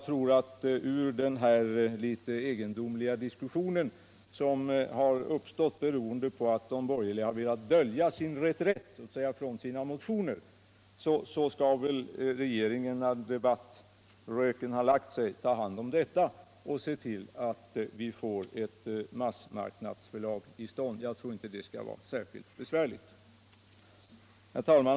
Efter den litet egendomliga diskussion som har uppstått på grund av att de borgerliga har velat dölja reträtten från sina motioner skall väl regeringen, när debattröken har lagt sig, se till att vi får till stånd ett massmarknadsförlag. Jag tror inte att det skall vara särskilt besvärligt. Herr talman!